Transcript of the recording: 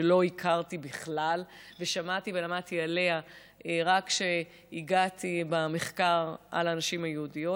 שלא הכרתי בכלל ושמעתי ולמדתי עליה רק כשהגעתי למחקר על הנשים היהודיות,